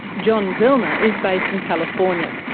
john zellner is based in california.